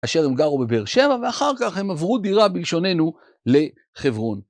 אשר הם גרו בבאר שבע, ואחר כך הם עברו דירה בלשוננו לחברון.